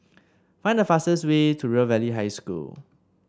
find the fastest way to River Valley High School